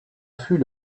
fut